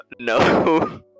No